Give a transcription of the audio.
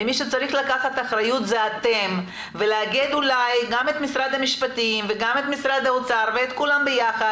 איך שומרים זה שאלה למשרד העבודה והרווחה.